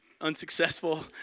unsuccessful